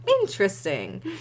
Interesting